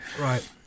right